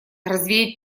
развеять